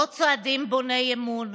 לא צעדים בוני אמון,